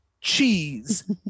cheese